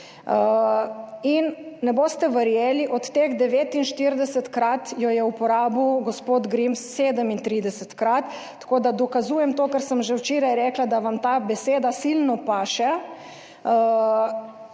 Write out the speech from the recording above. in ne boste verjeli, od teh 49-krat jo je uporabil gospod Grims 37-krat, tako da dokazujem to kar sem že včeraj rekla, da vam ta beseda silno paše,